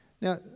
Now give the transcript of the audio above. Now